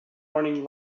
warning